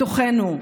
בתוכנו.